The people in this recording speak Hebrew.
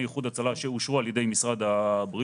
איחוד הצלה שאושרו על ידי משרד הבריאות,